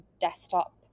desktop